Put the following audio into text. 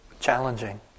challenging